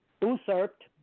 usurped